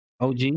OG